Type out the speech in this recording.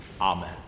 Amen